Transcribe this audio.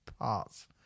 Parts